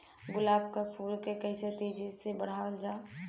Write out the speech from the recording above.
गुलाब क फूल के कइसे तेजी से बढ़ावल जा?